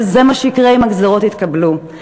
וזה מה שיקרה אם הגזירות יתקבלו,